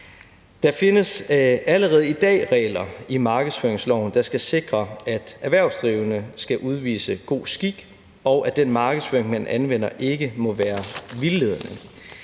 Der findes allerede i dag regler i markedsføringsloven, der skal sikre, at erhvervsdrivende skal udvise god skik, og at den markedsføring, man anvender, ikke må være vildledende.